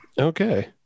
Okay